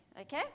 okay